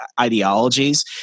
ideologies